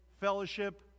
fellowship